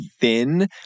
thin